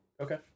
Okay